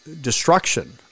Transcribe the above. destruction